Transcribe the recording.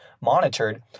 monitored